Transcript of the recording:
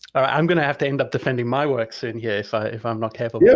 i'm gonna have to end up defending my work soon here if if i'm not careful. yeah